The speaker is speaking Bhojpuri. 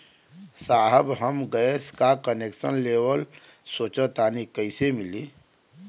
साहब हम गैस का कनेक्सन लेवल सोंचतानी कइसे मिली?